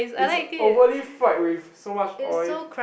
it's overly fried with so much oil